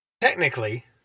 technically